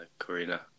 Karina